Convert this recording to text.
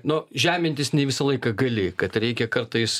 nu žemintis ne visą laiką gali kad reikia kartais